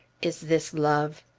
is this love?